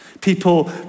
people